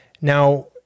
Now